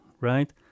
right